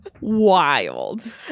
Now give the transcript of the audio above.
Wild